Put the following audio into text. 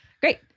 Great